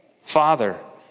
Father